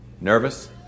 Nervous